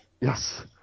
Yes